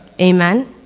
Amen